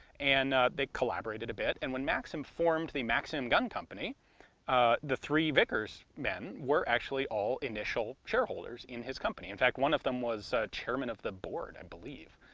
and they collaborated a bit, and when maxim formed the maxim gun company the three vickers men were actually all initial shareholders in his company. in fact, one of them was chairman of the board, i and believe.